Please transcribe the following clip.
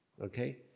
okay